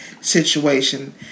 situation